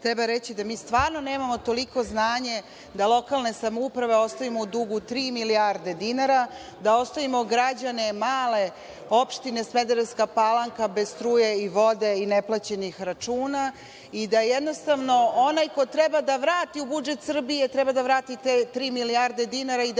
reći da mi stvarno nemamo toliko znanje da lokalne samouprave ostavimo u dugu tri milijarde dinara, da ostavimo građane male opštine Smederevska Palanka bez struje i vode i ne plaćenih računa i da jednostavno onaj ko treba da vrati u budžet Srbije, treba da vrati te tri milijarde dinara i da